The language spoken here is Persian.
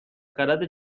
خرد